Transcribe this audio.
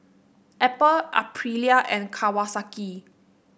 Apple Aprilia and Kawasaki